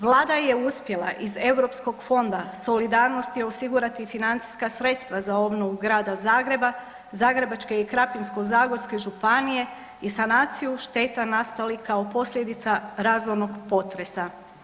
Vlada je uspjela iz Europskog fonda solidarnosti osigurati financijska sredstva za obnovu Grada Zagreba, Zagrebačke i Krapinsko-zagorske županije i sanaciju šteta nastalih kao posljedica razornog potresa.